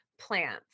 Plants